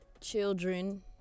children